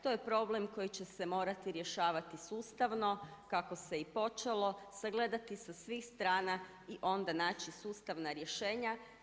To je problem koji će se morati rješavati sustavno kako se i počelo, sagledati sa svih strana i onda naći sustavna rješenja.